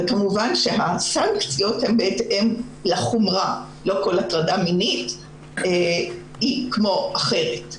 כמובן שהסנקציות הן בהתאם לחומרה ולא כל הטרדה מינית היא כמו אחרת.